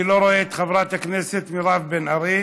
אני לא רואה את חברת הכנסת מירב בן ארי.